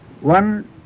One